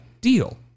deal